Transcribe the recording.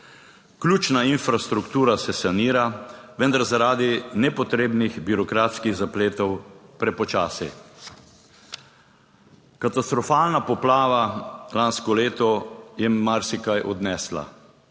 Ključna infrastruktura se sanira, vendar zaradi nepotrebnih birokratskih zapletov prepočasi. Katastrofalna poplava lansko leto je marsikaj odnesla,